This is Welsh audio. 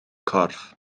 corff